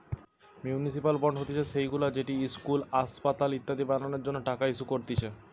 municipal bond হতিছে সেইগুলা যেটি ইস্কুল, আসপাতাল ইত্যাদি বানানোর জন্য টাকা ইস্যু করতিছে